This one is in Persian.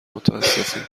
متاسفیم